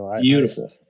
Beautiful